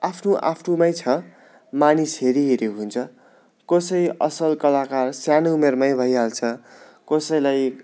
आफ्नो आफ्नोमै छ मानिस हेरी हेरी हुन्छ कसै असल कलाकार सानो उमेरमै भइहाल्छ कसैलाई